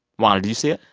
juana, do you see it?